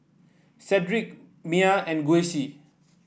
Cedric Maia and Gussie